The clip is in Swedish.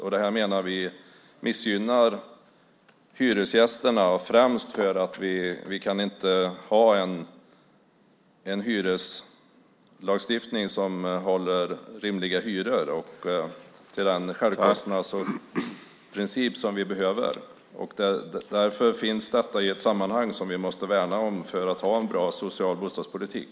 Vi menar att det här missgynnar hyresgästerna, främst eftersom vi inte kan ha en hyreslagstiftning som ger rimliga hyror enligt den självkostnadsprincip som vi behöver. Därför finns detta i ett sammanhang som vi måste värna om för att ha en bra social bostadspolitik.